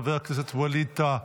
חבר הכנסת ווליד טאהא,